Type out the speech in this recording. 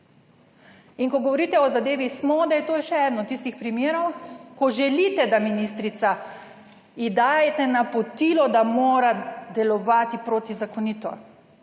in ko govorite o zadevi Smode, je to še eden od tistih primerov, ko želite, da ministrica, ji dajete napotilo, da mora delovati protizakonito,